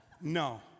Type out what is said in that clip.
No